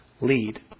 lead